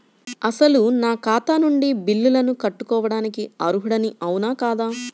అసలు నా ఖాతా నుండి బిల్లులను కట్టుకోవటానికి అర్హుడని అవునా కాదా?